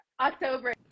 October